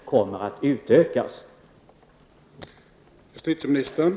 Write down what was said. Svaret på ställda fråga är alltså ja.